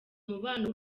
mubano